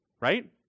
right